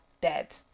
dead